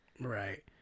right